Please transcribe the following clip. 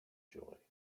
joy